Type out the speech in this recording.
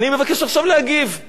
אתם חושבים שנתנו לי להגיב?